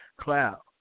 cloud